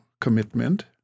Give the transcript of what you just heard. commitment